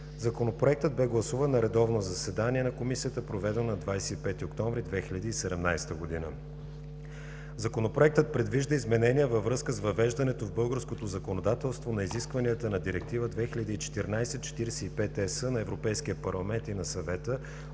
Законопроектът бе гласуван на редовно заседание на Комисията, проведено на 25 октомври 2017 г. Законопроектът предвижда изменения във връзка с въвеждането в българското законодателство на изискванията на Директива 2014/45/ЕС на Европейския парламент и на Съвета